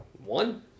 one